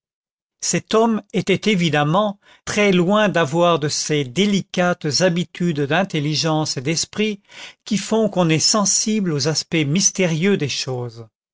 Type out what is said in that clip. cet homme était évidemment très loin d'avoir de ces délicates habitudes d'intelligence et d'esprit qui font qu'on est sensible aux aspects mystérieux des choses